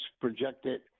projected